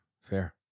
Fair